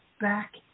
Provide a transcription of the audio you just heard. back